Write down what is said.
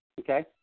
Okay